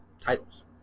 titles